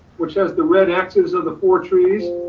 which has the red axis of the four trees.